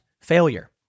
failure